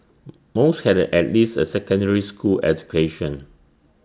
most had at least A secondary school education